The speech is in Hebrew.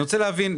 אני רוצה להבין,